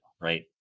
right